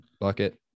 bucket